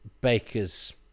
Baker's